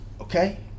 okay